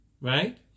right